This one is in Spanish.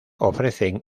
ofrecen